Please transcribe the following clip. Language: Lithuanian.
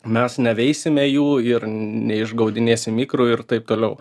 mes neveisime jų ir neižgaudinėsim ikrų ir taip toliau